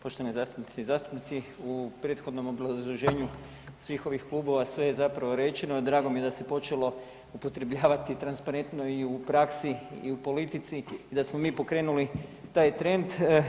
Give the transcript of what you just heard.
Poštovane zastupnice i zastupnici u prethodnom obrazloženju svih ovih klubova sve je zapravo rečeno, drago mi je da se počelo upotrebljavati transparentno i u praksi i u politici i da smo mi pokrenuli taj trend.